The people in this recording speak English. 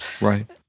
Right